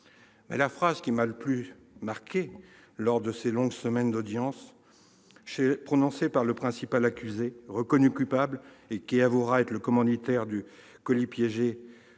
La phrase qui m'a le plus marqué, lors de ces longues semaines d'audience, a été prononcée par le principal accusé, reconnu coupable, qui avouera être le commanditaire du colis piégé